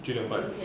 九点半